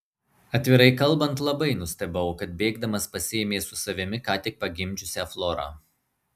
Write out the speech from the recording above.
atvirai kalbant labai nustebau kad bėgdamas pasiėmė su savimi ką tik pagimdžiusią florą